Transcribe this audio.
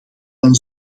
dan